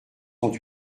sont